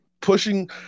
pushing